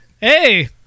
hey